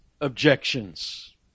objections